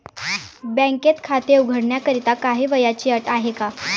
बँकेत खाते उघडण्याकरिता काही वयाची अट आहे का?